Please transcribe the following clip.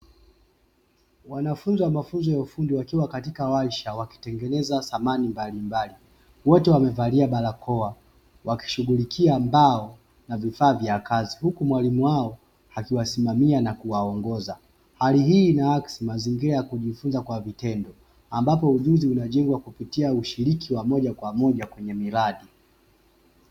Wanafunzi wa mafunzo ya ufundi wakiwa katika warsha, wakitengeneza samani mbalimbali wote wamevalia barakoa wakishughulikia mbao na vifaa vya kazi, huku mwalimu wao akiwasimamia na kuwaongoza; hali hii inaakisi mazingira ya kujifunza kwa vitendo ambapo ujuzi unajengwa kupitia ushiriki wa moja kwa moja kwenye miradi.